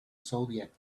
zodiac